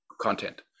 content